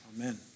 Amen